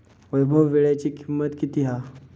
वैभव वीळ्याची किंमत किती हा?